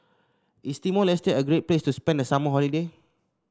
is Timor Leste a great place to spend the summer holiday